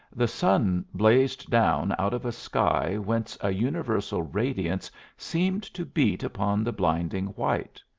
the sun blazed down out of a sky whence a universal radiance seemed to beat upon the blinding white.